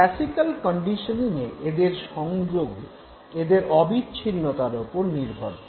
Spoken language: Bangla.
ক্লাসিক্যাল কন্ডিশনিঙে এদের সংযোগ এদের অবিচ্ছিন্নতার ওপর নির্ভর করে